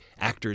actors